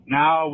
now